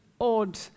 odd